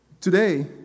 Today